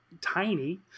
tiny